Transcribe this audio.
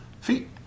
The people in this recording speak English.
feet